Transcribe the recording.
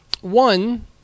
one